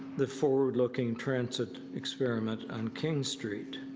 the forward looking transit experiment on king street.